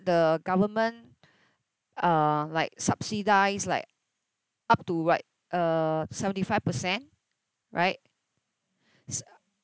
the government uh like subsidize like up to like uh seventy-five percent right s~ uh